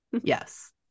yes